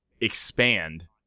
expand